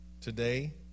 today